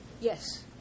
Yes